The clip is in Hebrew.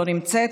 לא נמצאת,